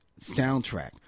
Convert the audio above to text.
soundtrack